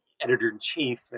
editor-in-chief